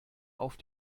auf